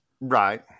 Right